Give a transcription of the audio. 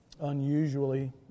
unusually